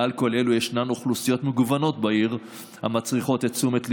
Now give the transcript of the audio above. מעל כל אלו ישנן אוכלוסיות מגוונות בעיר המצריכות את תשומת ליבנו,